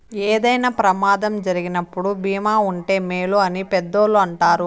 ఏదైనా ప్రమాదం జరిగినప్పుడు భీమా ఉంటే మేలు అని పెద్దోళ్ళు అంటారు